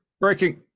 breaking